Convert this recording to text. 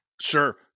Sure